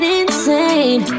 insane